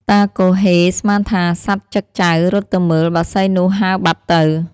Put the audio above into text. តាគហ៊េស្មានថាសត្វចឹកចៅ រត់ទៅមើល បក្សីនោះហើរបាត់ទៅ ។